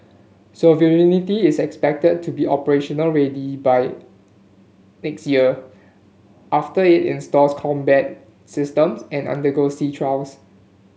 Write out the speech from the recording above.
sovereignty is expected to be operationally ready by next year after it installs combat systems and undergoes sea trials